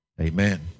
Amen